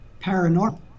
paranormal